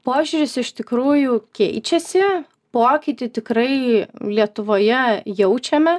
požiūris iš tikrųjų keičiasi pokytį tikrai lietuvoje jaučiame